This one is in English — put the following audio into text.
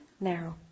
narrow